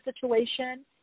situation